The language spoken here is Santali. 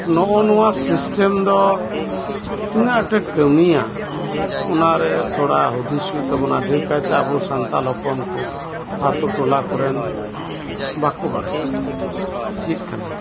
ᱱᱚᱜᱱᱚᱣᱟ ᱥᱤᱥᱴᱮᱢ ᱫᱚ ᱛᱤᱱᱟᱹᱜ ᱟᱴᱮ ᱠᱟᱹᱢᱤᱭᱟ ᱚᱱᱟᱨᱮ ᱛᱷᱚᱲᱟ ᱦᱩᱫᱤᱥ ᱦᱩᱭᱩᱜ ᱛᱟᱵᱚᱱᱟ ᱰᱷᱮᱨ ᱠᱟᱭᱛᱮ ᱟᱵᱚ ᱥᱟᱱᱛᱟᱞ ᱦᱚᱯᱚᱱ ᱠᱚ ᱟᱹᱛᱩ ᱴᱚᱞᱟ ᱠᱚᱨᱮᱱ ᱵᱟᱠᱚ ᱵᱟᱲᱟᱭᱟ ᱪᱤᱫ ᱠᱟᱱᱟ